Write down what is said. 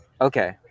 Okay